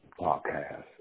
podcast